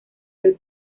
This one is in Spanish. del